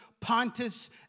Pontus